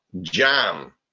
jam